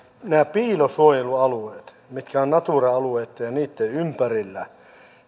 piilosuojelualueista mitkä ovat natura alueitten ja niitten ympärillä